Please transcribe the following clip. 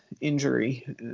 injury